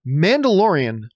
Mandalorian